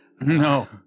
No